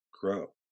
grow